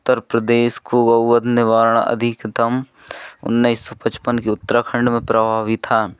उत्तर प्रदेश को गोवध निवारण अधिकतम उन्नीस सौ पचपन के उत्तराखंड में प्रभावी था